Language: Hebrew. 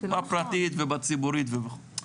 בפרטית ובציבורית וכו'.